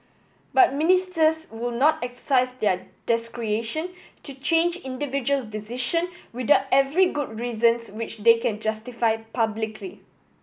but Ministers will not exercise their discretion to change individuals decision without every good reasons which they can justify publicly